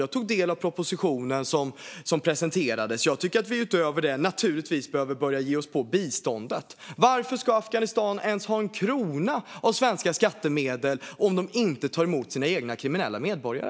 Jag tog del av den proposition som presenterades. Jag tycker att vi utöver detta naturligtvis behöver börja ge oss på biståndet. Varför ska Afghanistan ha ens en krona av svenska skattemedel om de inte tar emot sina egna kriminella medborgare?